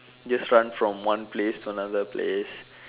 just run from one place to another place